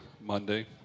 Monday